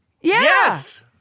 Yes